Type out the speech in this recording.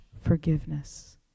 forgiveness